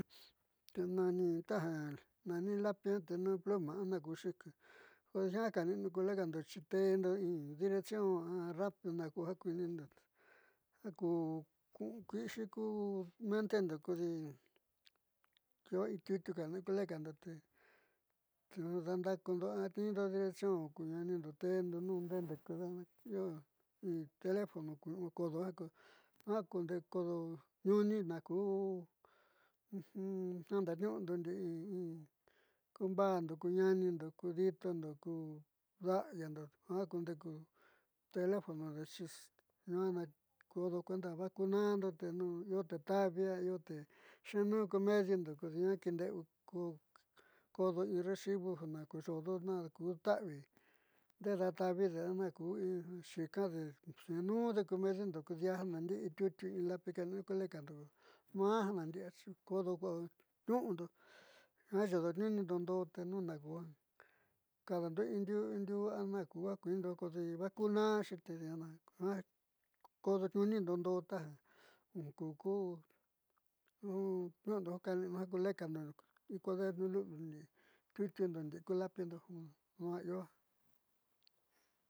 Te nani taja nani lapi tenu pl a a najkuuxi kodi jiaa kani'inu ku lekando xi te'endo in dirección a rápido najku ja kuiinindo ja ku kiixi ku mentendo kodi io in tiutiu kani'inu ku lekando te tendaanda'a kondo a tiniindo dirección ku ñaanindo te'endo nombrendo kuu dana io in teleeono kodo tniu'uni naaku jandatatniu'undo ndi'i ku moa'ando, ku ña'anindo ku di'itondo ku da'ayando ja kundeku teléfono ñu'ua na kodo kuenda ja va'ajkunaándo tenu io te taavi a io te xeenuún ku mediundo kodi ñuua kiinde'eu ku kodo in recibo jana xodo naj ku ta'avi ndeeda'a tavide o najkujte xeenu'undeku mediundo ko ndiaa naandi'i tiutiu in lapi kaani'inu ku lekanda maá ja nandi'i xi kodo tniu'undo ñuua yodotniu'uni ndoo ndoo teno nuja kadando in diuu indiuu a nojku ja kuiinindo kodi vaajkunaanxi tedi kodotniuuni ndoo ndoo taja ku niu'undo kani'inu ku lekando in cuaderno lu'uliuni tiutiu ndi'i ku lápindo nduo'a io.